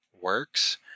works